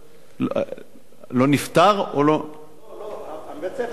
בית-הספר לא נסגר.